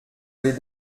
allés